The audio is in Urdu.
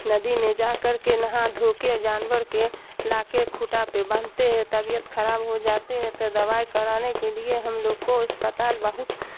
ندی میں جا کر کے نہا دھو کے جانور کے لا کے کھوٹا پہ باندھتے ہیں طبیعت خراب ہو جاتے ہے تو دوائی کرانے کے لیے ہم لوگ کو اسپتال بہت